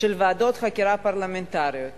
של ועדות חקירה פרלמנטריות,